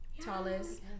Tallest